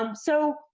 um so,